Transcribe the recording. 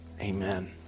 amen